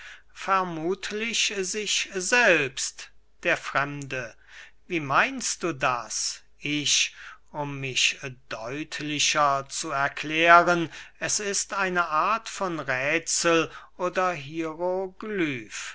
vermuthlich sich selbst der fremde wie meinst du das ich um mich deutlicher zu erklären es ist eine art von räthsel oder